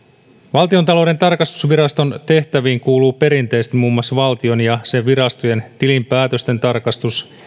valtiontalouden tarkastusviraston tehtäviin kuuluu perinteisesti muun muassa valtion ja sen virastojen tilinpäätösten tarkastus